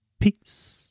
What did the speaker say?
Peace